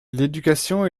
l’éducation